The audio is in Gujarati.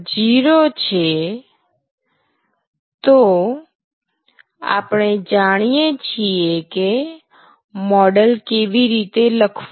0 છે તો આપણે જાણીએ છીએ કે મૉડલ કેવી રીતે લખવું